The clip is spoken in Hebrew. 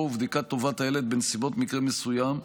ובדיקת טובת הילד בנסיבות מקרה מסוים,